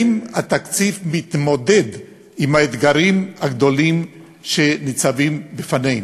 האם התקציב מתמודד עם האתגרים הגדולים שניצבים בפנינו,